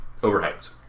Overhyped